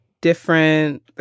different